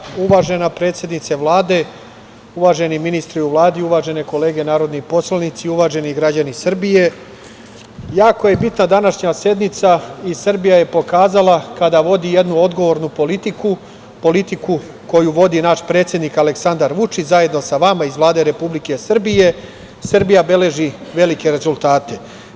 Uvažena predsedavajuća, uvažena predsednice Vlade, uvaženi ministre u Vladi i uvažene kolege narodni poslanici i uvaženi građani Srbije, jako je bitna današnja sednica i Srbija je pokazala kada vodi jednu odgovornu politiku, politiku koju vodi naš predsednik Aleksandar Vučić zajedno sa vama iz Vlade Republike Srbije, Srbija beleži velike rezultate.